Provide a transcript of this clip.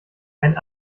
ein